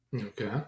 Okay